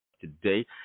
today